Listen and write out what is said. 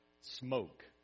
smoke